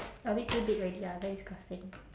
a bit too big already ah very disgusting